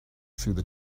through